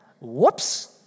Whoops